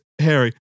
Harry